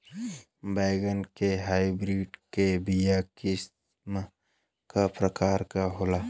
बैगन के हाइब्रिड के बीया किस्म क प्रकार के होला?